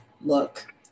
look